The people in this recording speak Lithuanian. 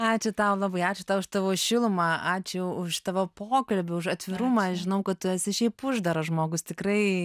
ačiū tau labai ačiū tau už tavo šilumą ačiū už tavo pokalbį už atvirumą žinau kad tu esi šiaip uždaras žmogus tikrai